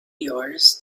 yours